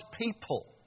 people